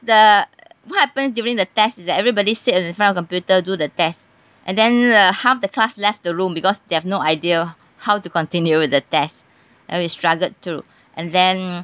the what happens during the test is that everybody sit in front of computer do the test and then uh half the class left the room because they have no idea how to continue with the test and we struggled through and then